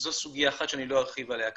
זו סוגיה אחת שלא ארחיב עליה כרגע.